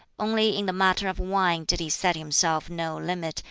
only in the matter of wine did he set himself no limit,